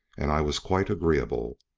and i was quite agreeable.